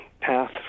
path